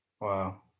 Wow